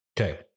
Okay